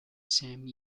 same